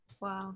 wow